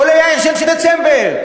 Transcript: או ליאיר של דצמבר,